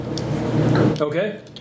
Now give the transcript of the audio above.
Okay